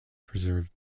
preserve